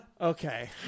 okay